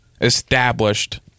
established